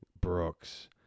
Brooks